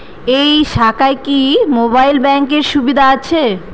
এই শাখায় কি মোবাইল ব্যাঙ্কের সুবিধা আছে?